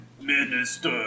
Minister